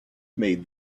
made